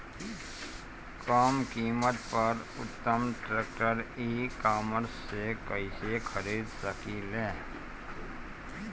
कम कीमत पर उत्तम ट्रैक्टर ई कॉमर्स से कइसे खरीद सकिले?